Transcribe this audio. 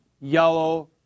yellow